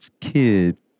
kid